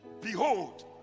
Behold